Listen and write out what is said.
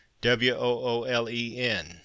W-O-O-L-E-N